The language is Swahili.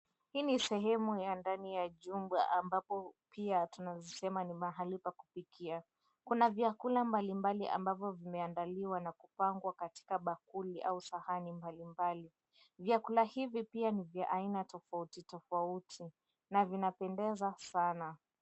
Hii ni sehemu ya ndani ya jumba ambapo pia tunaeza sema ni mahali pa kupikia. Kuna vyakula mbalimbali ambavyo vimeandaliwa na kupangwa katika bakuli au sahani mbalimbali. Vyakula hivi pia ni vya aina tofauti tofauti na vinapendeza sana.